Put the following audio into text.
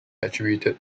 attributed